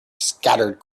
scattered